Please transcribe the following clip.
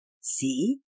See